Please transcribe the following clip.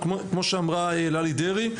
כמו שאמרה ללי דרעי,